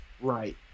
Right